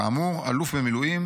כאמור, אלוף במילואים